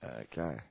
Okay